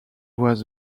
was